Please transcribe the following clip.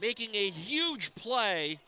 making a huge play